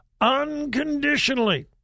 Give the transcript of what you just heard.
unconditionally